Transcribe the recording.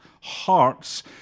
Hearts